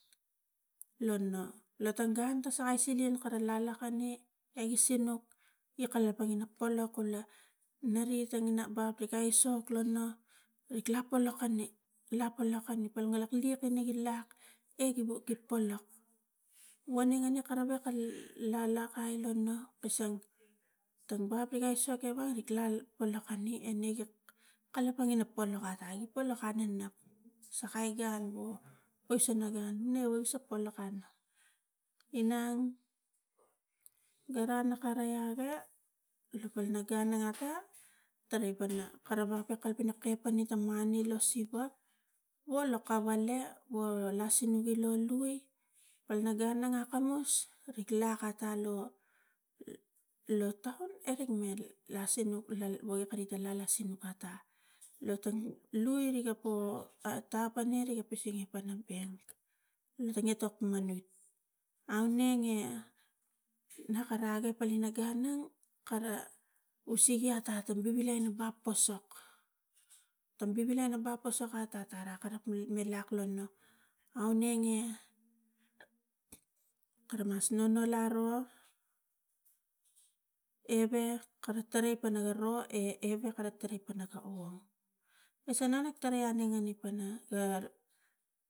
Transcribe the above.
Lo no lo tang gun ta sakai siling kara lokane e i sinuk e kalapang ina polok kula neri tangina bap rik aisok rik ra polok ane la polok ane pangina lak liak i lak e gi gi polok wounenge kara wok kari pol la lakai na no kasang tang bup riwa aisok ewa rikla polok ani ri ga kalapang ina polok ata ri polok ananap sakai ga alwo poisana ga an nega polok anap inang gara nakara awe kula, palana gun na gata tarai pana kara waplo kara kai pana la mani lo siva wa lo kavale ara la sinuk ilu lui palina gun akamus arik la ata lo lo taun arik me la sinuk la wai kari ta lala sinuk kari la lala sinuk ata. Lui riga po ata panerik gi pisingi pana bank tange tok manoi aunenge na kara agi palina gun nang kara usege aga atung vivilai na bap ta sok tang vivilai na bap ta sok ata ta karap na laklo no. Aunenge kara mas nonol aro ewek kara tarai pana ro e ewek kana tarai pana kavong nisana pan tarai aneng pana.